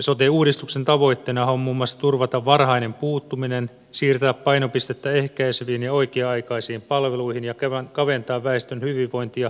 sote uudistuksen tavoitteenahan on muun muassa turvata varhainen puuttuminen siirtää painopistettä ehkäiseviin ja oikea aikaisiin palveluihin ja kaventaa väestön hyvinvointi ja terveyseroja